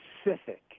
specific